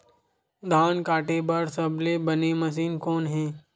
धान काटे बार सबले बने मशीन कोन हे?